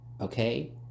okay